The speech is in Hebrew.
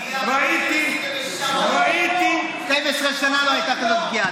12 שנה לא הייתה כזו פגיעה.